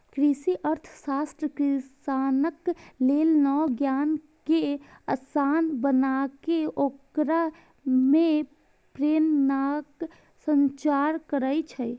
कृषि अर्थशास्त्र किसानक लेल नव ज्ञान कें आसान बनाके ओकरा मे प्रेरणाक संचार करै छै